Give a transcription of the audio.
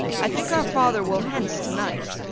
i think our father will hence to-night.